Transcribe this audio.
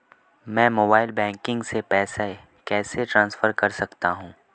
मैं mobile banking से पैसे कैसे ट्रांसफर कर सकता हूं?